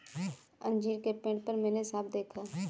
अंजीर के पेड़ पर मैंने साँप देखा